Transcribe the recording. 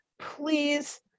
please